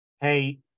Hey